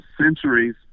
centuries